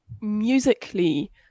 musically